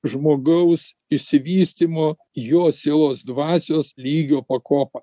žmogaus išsivystymo jo sielos dvasios lygio pakopą